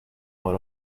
out